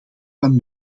van